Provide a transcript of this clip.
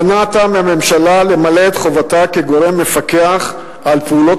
מנעת מהממשלה למלא את חובתה כגורם מפקח על פעולות